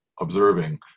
observing